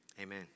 amen